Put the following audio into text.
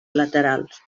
laterals